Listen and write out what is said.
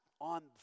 on